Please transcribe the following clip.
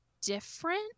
different